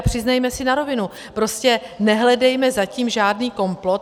A přiznejme si na rovinu, prostě nehledejme za tím žádný komplot.